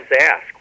ask